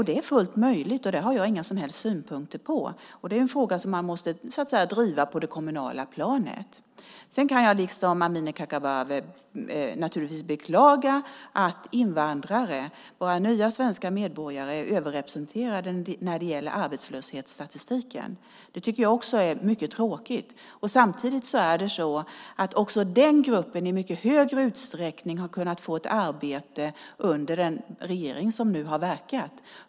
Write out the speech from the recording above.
Det är fullt möjligt, och det har jag inga som helst synpunkter på. Det är en fråga som man måste driva på det kommunala planet. Jag kan liksom Amineh Kakabaveh naturligtvis beklaga att invandrare, våra nya svenska medborgare, är överrepresenterade i arbetslöshetsstatistiken. Det tycker jag också är mycket tråkigt. Samtidigt är det så att också den gruppen i mycket högre utsträckning har kunnat få arbete under den regering som nu har verkat.